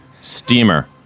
Steamer